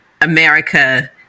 America